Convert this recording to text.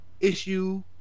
Issue